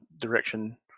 direction